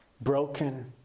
broken